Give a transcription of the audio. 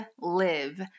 live